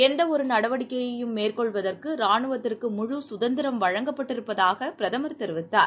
எந்தஒருநடவடிக்கையையும் மேற்கொள்ளுவதற்குராணுவத்திற்கு முழு சுதந்திரம் வழங்கப்பட்டிருப்பதாகபிரதமர் தெரிவித்தார்